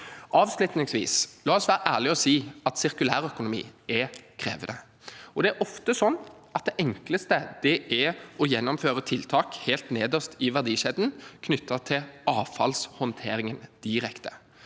Avslutningsvis: La oss være ærlige og si at sirkulærøkonomi er krevende, og det er ofte sånn at det enkleste er å gjennomføre tiltak helt nederst i verdikjeden knyttet til avfallshåndteringen direkte.